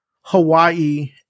Hawaii